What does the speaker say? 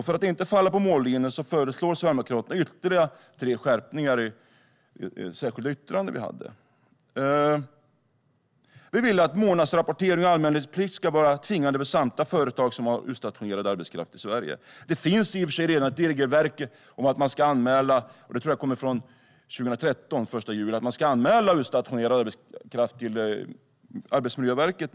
För att inte falla på mållinjen har Sverigedemokraterna föreslagit ytterligare tre skärpningar i vårt särskilda yttrande. Vi vill att månadsrapportering och anmälningsplikt ska vara tvingande för samtliga företag som har utstationerad arbetskraft i Sverige. Det finns i och för sig redan ett regelverk - jag tror att det är från den 1 juli 2013 - om att man ska anmäla utstationerad arbetskraft till Arbetsmiljöverket.